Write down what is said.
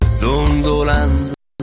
dondolando